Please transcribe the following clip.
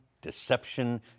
deception